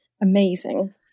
amazing